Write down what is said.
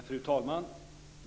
Fru talman!